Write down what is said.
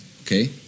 okay